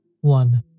One